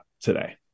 today